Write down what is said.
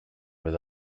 with